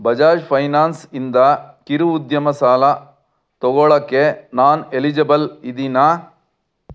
ಬಜಾಜ್ ಫೈನಾನ್ಸಿಂದ ಕಿರು ಉದ್ಯಮ ಸಾಲ ತೊಗೊಳಕ್ಕೆ ನಾನು ಎಲಿಜಿಬಲ್ ಇದ್ದೀನಾ